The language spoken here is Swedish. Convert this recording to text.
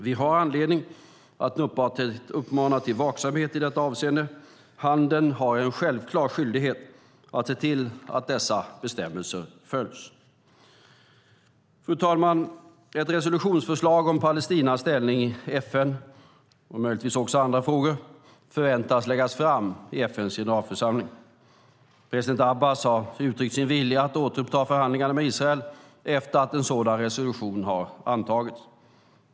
Vi har anledning att uppmana till vaksamhet i detta avseende. Handeln har en självklar skyldighet att se till att dessa bestämmelser följs. Fru talman! Ett resolutionsförslag om Palestinas ställning i FN, och möjligtvis också andra frågor, förväntas läggas fram i FN:s generalförsamling. President Abbas har uttryckt sin vilja att återuppta förhandlingarna med Israel efter att en sådan resolution har antagits.